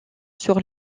sur